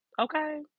okay